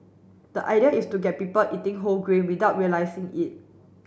the idea is to get people eating whole grain without realising it